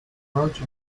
project